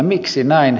miksi näin